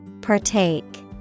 Partake